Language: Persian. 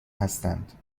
هستند